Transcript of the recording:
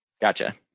gotcha